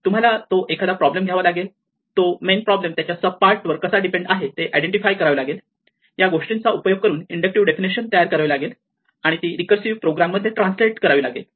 तुम्हाला तो एखादा प्रॉब्लेम घ्यावा लागेल तो मेन प्रॉब्लेम त्याच्या सब पार्ट वर कसा डिपेंड आहे ते आयडेंटिफाय करावे लागेल या गोष्टींचा उपयोग करून इंडक्टिव्ह डेफिनेशन तयार करावी लागेल आणि ती रिकर्सिव्ह प्रोग्राममध्ये ट्रान्सलेट करावी लागेल